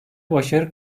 başarı